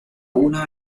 una